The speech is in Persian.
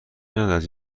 ندارد